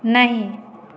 नहीं